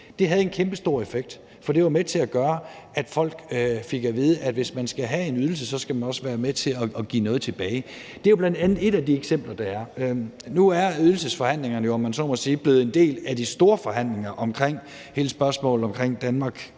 havde en kæmpestor effekt, for det var med til at gøre, at folk fik at vide, at hvis man skal have en ydelse, skal man også være med til at give noget tilbage. Det er bl.a. et af de eksempler, der er. Nu er ydelsesforhandlingerne jo, om man så må sige, blevet en del af de store forhandlinger om hele spørgsmålet om reformsporet